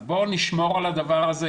אז בואו נשמור על הדבר הזה,